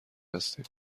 هستیم